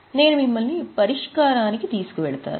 నేను మిమ్మల్ని పరిష్కారానికి తీసుకువెళతాను